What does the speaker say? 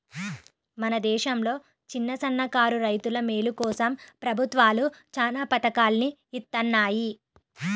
మన దేశంలో చిన్నసన్నకారు రైతుల మేలు కోసం ప్రభుత్వాలు చానా పథకాల్ని ఇత్తన్నాయి